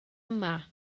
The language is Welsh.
yma